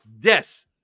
Yes